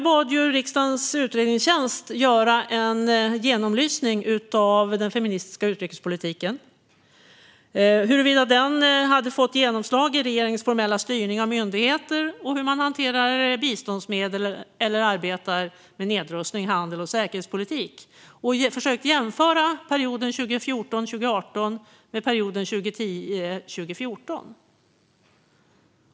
Jag bad riksdagens utredningstjänst att göra en genomlysning av den feministiska utrikespolitiken, huruvida den hade fått genomslag i regeringens formella styrning av myndigheter och hur man hanterar biståndsmedel eller arbetar med nedrustning, handelspolitik och säkerhetspolitik. Man jämförde perioden 2014-2018 med perioden 2010-2014.